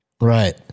Right